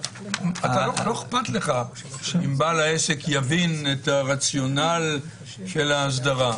לא אכפת לך אם בעל העסק יבין את הרציונל של האסדרה.